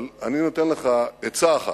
אבל אני נותן לך עצה אחת,